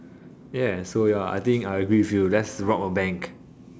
ya so ya I think I agree with you let's rob a bank